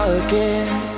again